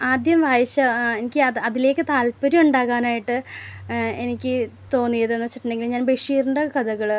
ആദ്യം വായിച്ച എനിക്ക് അത് അതിലേക്ക് താൽപ്പര്യമുണ്ടാകാനായിട്ട് എനിക്ക് തോന്നിയതെന്ന് വെച്ചിട്ടുണ്ടെങ്കിൽ ഞാൻ ബെഷീറിൻ്റെ കഥകൾ